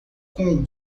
com